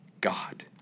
God